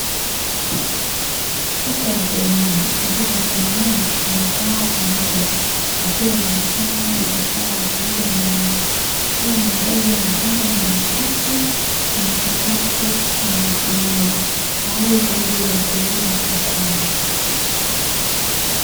Soko la kienyeji ambapo akina mama wamekaa pamoja, wakiwa wanafanya biashara ya kuuza nyanya, kila muuzaji amepanga nyanya zake kwenye kikapu na visinia tayari kwa ajili ya kuuza sokoni.